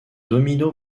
domino